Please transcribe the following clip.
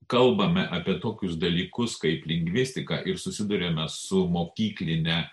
kalbame apie tokius dalykus kaip lingvistika ir susiduriame su mokykline